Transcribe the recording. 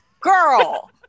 Girl